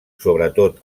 sobretot